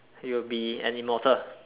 you will be an immortal